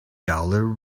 dollar